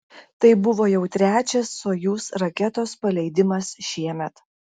tai buvo jau trečias sojuz raketos paleidimas šiemet